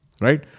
right